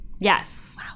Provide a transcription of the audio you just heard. Yes